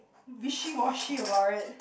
wishy washy about it